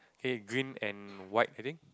eh green and white I think